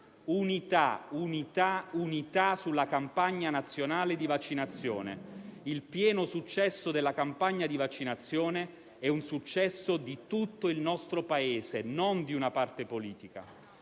Unità, unità, unità sulla campagna nazionale di vaccinazione. Il pieno successo della campagna di vaccinazione è di tutto il nostro Paese e non di una parte politica.